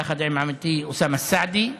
יחד עם עמיתי אוסאמה סעדי,